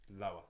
lower